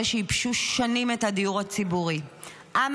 בזמן